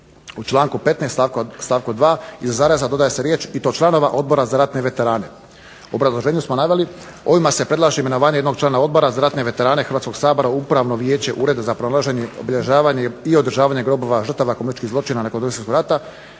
u članku 15. stavku 2. iza zareza dodaju se riječi: "i to članova odbora za ratne veterane". U obrazloženju smo naveli, ovima se predlaže imenovanje jednog člana Odbora za ratne veterane Hrvatskoga sabora u Upravno vijeće Ureda za pronalaženje, obilježavanje i održavanje grobova žrtava komunističkih zločina nakon Drugog